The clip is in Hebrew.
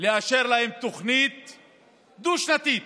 לאשר להם תוכנית דו-שנתית.